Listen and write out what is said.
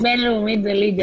אה, התכנסות בין-לאומית זה ליגה.